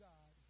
God